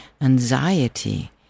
anxiety